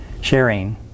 sharing